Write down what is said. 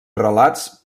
relats